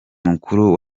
mukuru